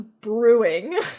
brewing